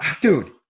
Dude